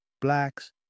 blacks